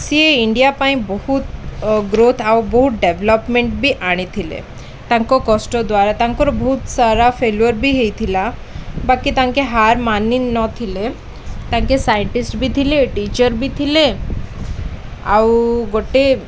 ସିଏ ଇଣ୍ଡିଆ ପାଇଁ ବହୁତ ଗ୍ରୋଥ୍ ଆଉ ବହୁତ ଡେଭଲପ୍ମେଣ୍ଟ ବି ଆଣିଥିଲେ ତାଙ୍କ କଷ୍ଟ ଦ୍ୱାରା ତାଙ୍କର ବହୁତ ସାରା ଫେଲୁୟର୍ ବି ହେଇଥିଲା ବାକି ତାଙ୍କେ ହାର ମାନିନଥିଲେ ତାଙ୍କେ ସାଇଣ୍ଟିଷ୍ଟ ବି ଥିଲେ ଟିଚର୍ ବି ଥିଲେ ଆଉ ଗୋଟେ